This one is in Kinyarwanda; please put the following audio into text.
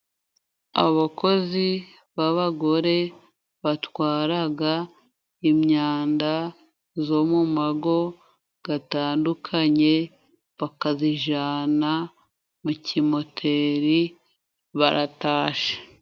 Abakozi babagore batwaraga imyanda, zo mu mago gatandukanye bakazijana, mu kimoteri baratashe.